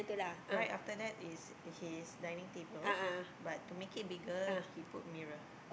right after that is his dining table but to make it bigger he put mirror